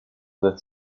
that